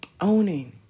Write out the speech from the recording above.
owning